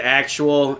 actual